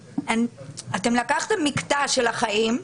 לקחתם מקטע של החיים,